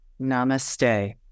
namaste